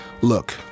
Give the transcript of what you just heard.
look